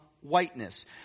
whiteness